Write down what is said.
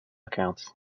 accounts